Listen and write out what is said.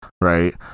Right